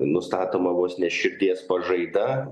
nustatoma vos ne širdies pažaida